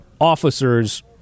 officer's